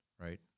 Right